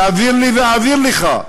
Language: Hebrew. תעביר לי ואעביר לך,